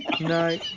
No